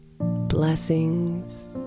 blessings